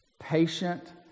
patient